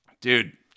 Dude